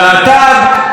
להט"ב,